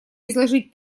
изложить